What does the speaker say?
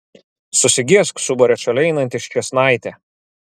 susigėsk subarė šalia einanti ščėsnaitė